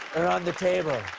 are on the table.